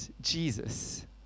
Jesus